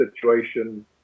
situation